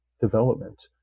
development